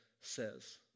says